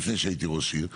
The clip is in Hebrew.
לפני שהייתי ראש עיר,